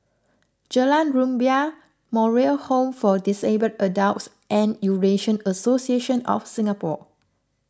Jalan Rumbia Moral Home for Disabled Adults and Eurasian Association of Singapore